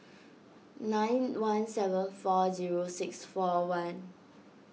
nine one seven four zero six four one